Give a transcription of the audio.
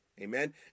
Amen